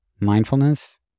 mindfulness